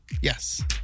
Yes